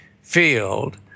field